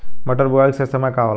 मटर बुआई के सही समय का होला?